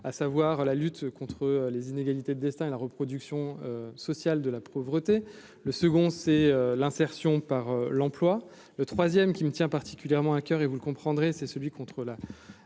à savoir la lutte contre les inégalités de destin et la reproduction sociale, de la pauvreté, le second c'est l'insertion par l'emploi, le troisième qui me tient particulièrement à coeur et vous le comprendrez, c'est celui contre la